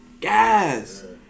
guys